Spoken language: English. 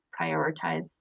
prioritize